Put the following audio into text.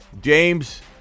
James